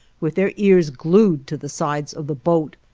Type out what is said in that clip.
with their ears glued to the sides of the boat,